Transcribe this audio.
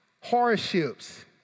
hardships